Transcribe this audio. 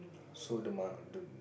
so the mo~ the